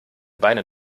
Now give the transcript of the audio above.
beine